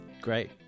Great